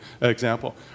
example